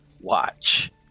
watch